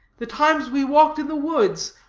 the times we walked in the woods,